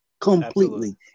completely